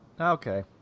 Okay